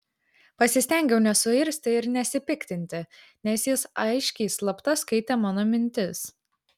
pasistengiau nesuirzti ir nesipiktinti nes jis aiškiai slapta skaitė mano mintis